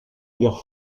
guerre